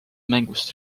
mängust